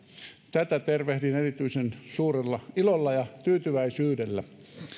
tätä tervehdin erityisen suurella ilolla ja tyytyväisyydellä